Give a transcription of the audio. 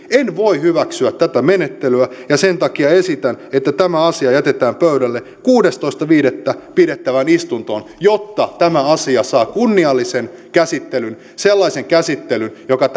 en voi hyväksyä tätä menettelyä ja sen takia esitän että tämä asia jätetään pöydälle kuudestoista viidettä pidettävään istuntoon jotta tämä asia saa kunniallisen käsittelyn sellaisen käsittelyn joka